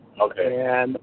okay